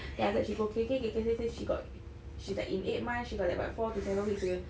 then after that she go K_K K_K there say she got she's like in eight months she got like about four to seven weeks to